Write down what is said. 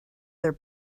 their